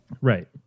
Right